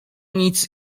nic